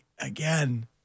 again